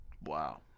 Wow